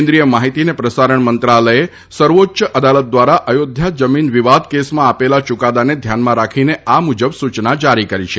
કેન્દ્રિય માહિતી અને પ્રસારણ મંત્રાલયે સર્વોચ્ય અદાલત દ્વારા અયોધ્યા જમીન વિવાદ કેસમાં આપેલા યુકાદાને ધ્યાનમાં રાખીને આ મુજબ સૂયના જારી કરી છે